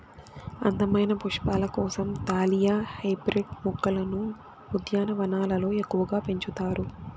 అందమైన పుష్పాల కోసం దాలియా హైబ్రిడ్ మొక్కలను ఉద్యానవనాలలో ఎక్కువగా పెంచుతారు